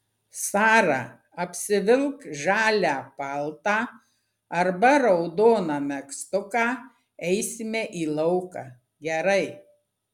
sara apsivilk žalią paltą arba raudoną megztuką eisime į lauką gerai